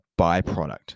byproduct